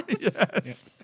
Yes